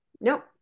nope